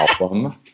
album